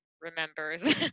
remembers